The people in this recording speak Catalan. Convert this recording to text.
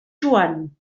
joan